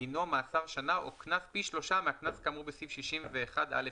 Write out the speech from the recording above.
דינו מאסר שנה או קנס פי שלושה מהקנס כאמור בסעיף 61(א)(2).